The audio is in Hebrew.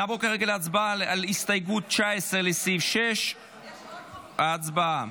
נעבור להצבעה על הסתייגות 19, לסעיף 6. הצבעה.